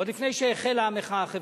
עוד לפני שהחלה המחאה החברתית,